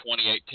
2018